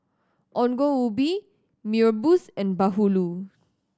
Ongol Ubi Mee Rebus and bahulu